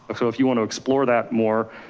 so if you want to explore that more,